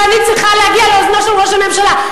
ואני צריכה להגיע לאוזנו של ראש הממשלה.